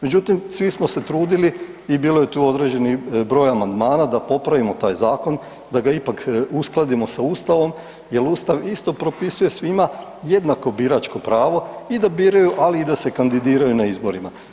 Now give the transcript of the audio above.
Međutim, svi smo se trudili i bilo je tu određeni broj amandmana da popravimo taj zakon, da ga ipak uskladimo sa Ustavom jer Ustav isto propisuje svima jednako biračko pravo i da biraju, ali i da se kandidiraju na izborima.